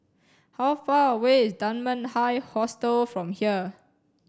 how far away is Dunman High Hostel from here